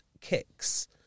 kicks